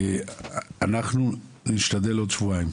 אנחנו נשתדל עוד שבועיים,